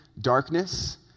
darkness